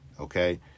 Okay